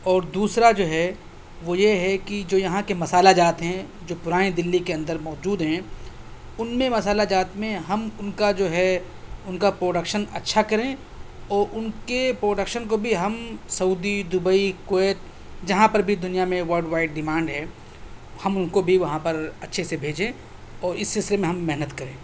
اور دوسرا جو ہے وہ یہ ہے کہ جو یہاں کے مصالحہ جات ہیں جو پرانی دلّی کے اندر موجود ہیں اُن میں مصالحہ جات میں ہم اُن کا جو ہے اُن کا پروڈکشن اچھّا کریں اُن کے پروڈکشن کو بھی ہم سعودی دبئی کویت جہاں پر بھی دنیا میں ورلڈ وائڈ ڈیمانڈ ہے ہم اّن کو بھی وہاں پر اچھّے سے بھیجیں اور اِس سلسلے میں ہم محنت کریں